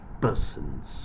persons